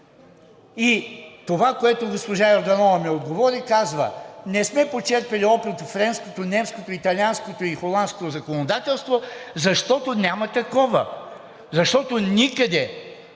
Това, което госпожа Йорданова ми отговори, казва: „Не сме почерпили опит от френското, немското, италианското и холандското законодателство, защото няма такова.“ Защото никъде